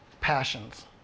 passions